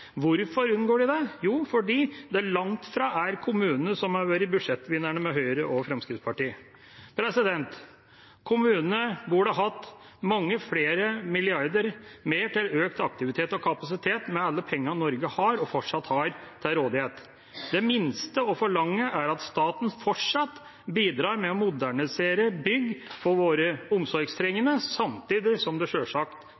Hvorfor unngår de det? Jo, fordi det langt fra er kommunene som har vært budsjettvinnerne med Høyre og Fremskrittspartiet. Kommunene burde hatt mange flere milliarder mer til økt aktivitet og kapasitet, med alle pengene Norge har, og fortsatt har, til rådighet. Det minste å forlange er at staten fortsatt bidrar med å modernisere bygg for våre